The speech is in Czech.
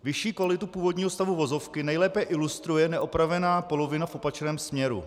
Vyšší kvalitu původního stavu vozovky nejlépe ilustruje neopravená polovina v opačném směru.